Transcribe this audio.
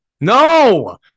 No